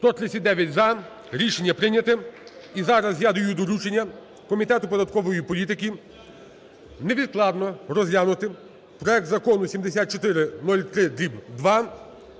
За-239 Рішення прийнято. І зараз я даю доручення Комітету податкової політики невідкладно розглянути проект Закону 7403-2